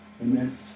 Amen